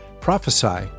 Prophesy